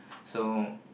so